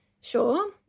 sure